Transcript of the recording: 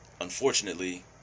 unfortunately